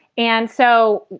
and so,